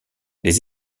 les